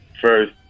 First